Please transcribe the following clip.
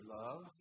love